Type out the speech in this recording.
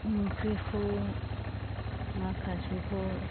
ओंख्रिखौ माखासेखौ